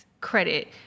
credit